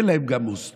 אין להם גם מוסדות,